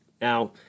Now